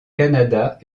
canada